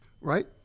Right